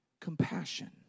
compassion